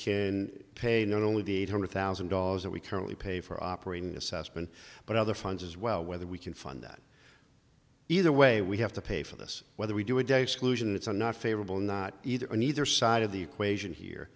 can pay not only the eight hundred thousand dollars that we currently pay for operating assessment but other funds as well whether we can fund that either way we have to pay for this whether we do a day exclusion it's a not favorable not either on either side of the equation here